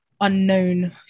unknown